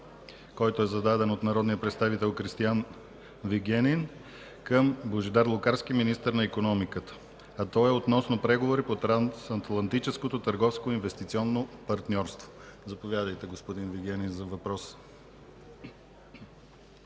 който е зададен от народния представител Кристиан Вигенин към Божидар Лукарски – министър на икономиката, а той е относно преговори по Трансатлантическото търговско и инвестиционно партньорство. Заповядайте, господин Вигенин, за въпроса.